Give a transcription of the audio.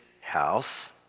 house